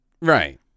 Right